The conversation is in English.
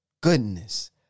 Goodness